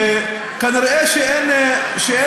כנראה אין